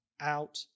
out